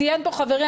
ציין פה חברי,